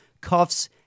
cuffs